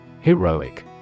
Heroic